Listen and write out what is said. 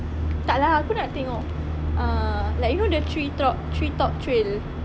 tak lah aku nak tengok uh like you know the treetop treetop trail